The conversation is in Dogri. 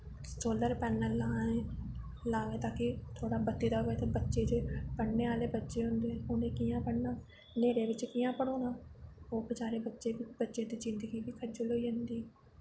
सोलर पैनल लाएं लावें ताकि थोह्ड़ा बत्ती दा कोई ते बच्चे जे पढ़ने आह्ले बच्चे होंदे उ'नें कि'यां पढ़ना न्हेरे बिच्च कियां पढ़ोना ओह् बचारे बच्चे ते बच्चे दी जिंदगी बी खज्जल होई जन्दी